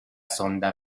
sonda